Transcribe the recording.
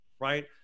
right